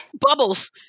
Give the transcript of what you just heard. bubbles